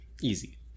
easy